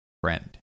friend